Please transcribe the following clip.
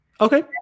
okay